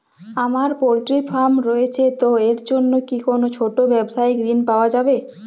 আমার poultry farm রয়েছে তো এর জন্য কি কোনো ছোটো ব্যাবসায়িক ঋণ পাওয়া যাবে?